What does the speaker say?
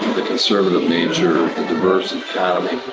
the conservative nature, the diverse economy,